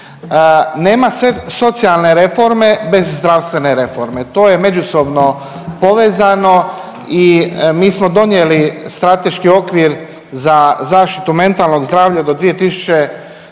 Nema socijalne reforme bez zdravstvene reforme, to je međusobno povezano i mi smo donijeli strateški okvir za zaštitu mentalnog zdravlja do 2030.